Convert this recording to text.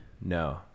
No